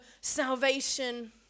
salvation